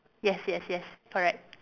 yes yes yes correct